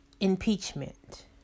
impeachment